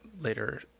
later